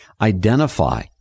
identify